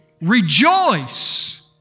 rejoice